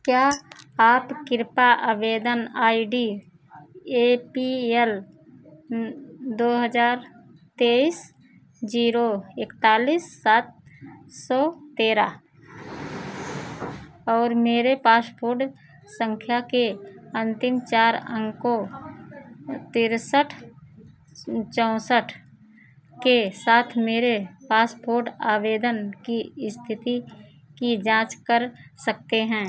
क्या आप कृपा आवेदन I D A P L दो हजार तेईस जीरो एकतालीस सात सौ तेरह और मेरे पास फुड संख्या के अंतिम चार अंकों तिरसठ चौंसठ के साथ मेरे पासपोर्ट आवेदन की स्थिति की जाँच कर सकते हैं